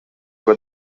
were